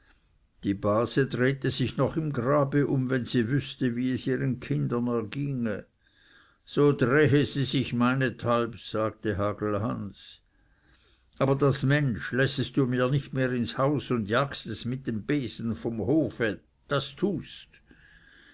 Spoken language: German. die base drehte sich noch im grabe um wenn sie wüßte wie es ihren kindern erginge so drehe sie sich meinethalb sagte hagelhans aber das mensch lässest du mir nicht mehr ins haus und jagst es mit dem besen vom hofe das tust